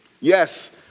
Yes